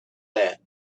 that